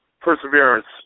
perseverance